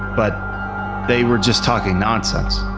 but they were just talking nonsense.